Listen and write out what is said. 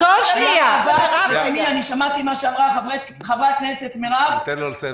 שמעתי מה שאמרה חברת הכנסת מירב כהן.